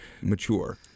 mature